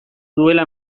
duela